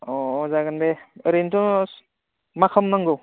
अ जागोन दे ओरैनोथ' मा खालामनांगौ